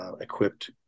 equipped